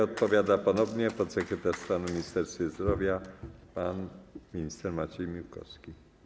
Odpowiada ponownie podsekretarz stanu w Ministerstwie Zdrowia pan minister Maciej Miłkowski.